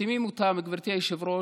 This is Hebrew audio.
שמחתימים אותן, גברתי היושבת-ראש,